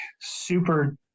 super